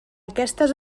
aquestes